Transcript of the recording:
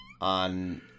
on